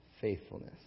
faithfulness